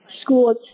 school